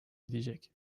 ödeyecek